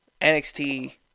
NXT